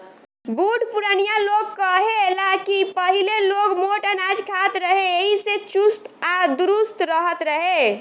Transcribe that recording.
बुढ़ पुरानिया लोग कहे ला की पहिले लोग मोट अनाज खात रहे एही से चुस्त आ दुरुस्त रहत रहे